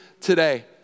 today